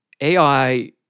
AI